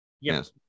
Yes